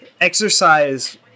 exercise